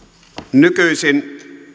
nykyisin